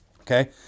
Okay